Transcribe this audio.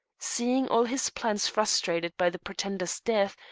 seeing all his plans frustrated by the pretender's death,